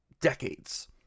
decades